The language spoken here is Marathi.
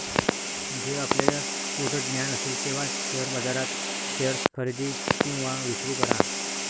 जेव्हा आपल्याला पूर्ण ज्ञान असेल तेव्हाच शेअर बाजारात शेअर्स खरेदी किंवा विक्री करा